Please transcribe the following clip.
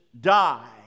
die